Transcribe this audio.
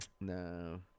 No